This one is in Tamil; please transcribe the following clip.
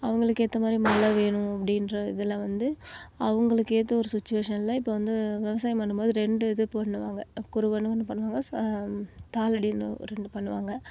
அவங்களுக்கு ஏற்ற மாதிரி மழ வேணும் அப்படின்ற இதில் வந்து அவங்களுக்கு ஏற்ற ஒரு சுச்சுவேஷனில் இப்போ வந்து விவசாயம் பண்ணும்போது ரெண்டு இது பண்ணுவாங்க குருவைனு ஒன்று பண்ணுவாங்க சா தாளடின்னு ஒரு ரெண்டு பண்ணுவாங்க